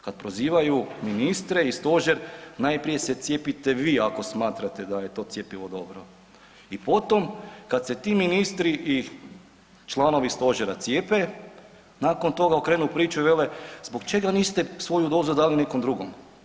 Kad prozivaju ministre i stožer, najprije se cijepite vi ako smatrate da je to cjepivo dobro i potom kad se ti ministri i članovi stožera cijepe, nakon toga okrenu priču i vele zbog čega niste svoju dozu dali nekom drugom.